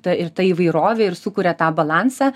ta ir ta įvairovė ir sukuria tą balansą